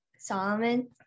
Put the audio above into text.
Solomon